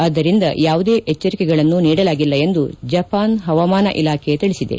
ಆದ್ದರಿಂದ ಯಾವುದೇ ಎಚ್ಲರಿಕೆಗಳನ್ನು ನೀಡಲಾಗಿಲ್ಲ ಎಂದು ಜಪಾನ್ ಹವಾಮಾನ ಇಲಾಖೆ ತಿಳಿಸಿದೆ